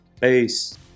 Peace